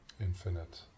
infinite